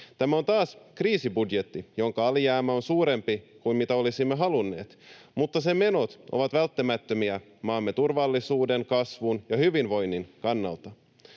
Tämä on taas kriisibudjetti, jonka alijäämä on suurempi kuin mitä olisimme halunneet, mutta sen menot ovat välttämättömiä maamme turvallisuuden, kasvun ja hyvinvoinnin kannalta.